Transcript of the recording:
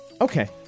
Okay